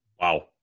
Wow